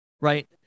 right